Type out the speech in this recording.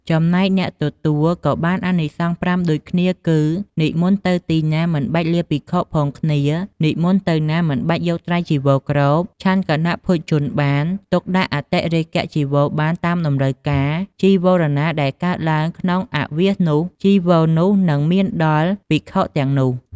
ចំណែកអ្នកទទួលក៏បានអានិសង្ស៥ដូចគ្នាគឺ និមន្តទៅទីណាមិនបាច់លាភិក្ខុផងគ្នា និមន្តទៅណាមិនបាច់យកត្រៃចីវរគ្រប់ ឆាន់គណភោជនបាន ទុកដាក់អតិរេកចីវរបានតាមត្រូវការ ចីវរណាដែលកើតឡើងក្នុងអាវាសនោះ ចីវរនោះនឹងមានដល់ភិក្ខុទាំងនោះ។